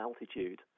altitude